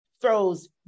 throws